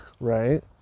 right